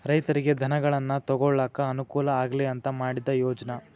ರೈತರಿಗೆ ಧನಗಳನ್ನಾ ತೊಗೊಳಾಕ ಅನಕೂಲ ಆಗ್ಲಿ ಅಂತಾ ಮಾಡಿದ ಯೋಜ್ನಾ